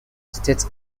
states